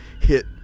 hit